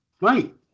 Right